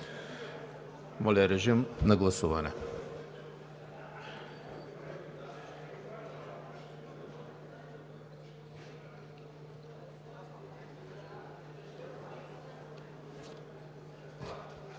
Моля, режим на гласуване.